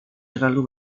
terlalu